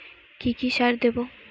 কি কি সার দেবো?